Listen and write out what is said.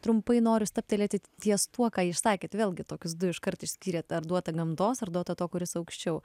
trumpai noriu stabtelėti ties tuo ką išsakėt vėlgi tokius du iškart išskyrėt ar duota gamtos ar duota to kuris aukščiau